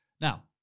Now